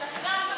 שקרן,